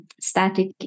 static